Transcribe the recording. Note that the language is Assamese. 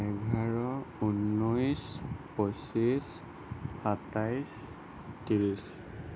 এঘাৰ ঊনৈছ পঁচিছ সাতাইছ ত্ৰিছ